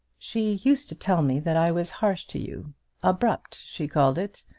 she used to tell me that i was harsh to you abrupt, she called it.